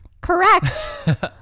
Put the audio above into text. Correct